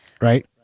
Right